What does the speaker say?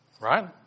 right